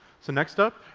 so next up,